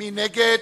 מי נגד?